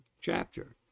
chapter